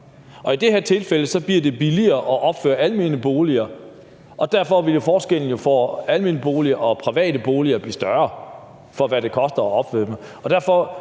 I det her tilfælde bliver det billigere at opføre almene boliger, og derfor vil forskellen mellem almene boliger og private boliger jo blive større, i forhold til hvad det koster at opføre dem.